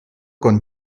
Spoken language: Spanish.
con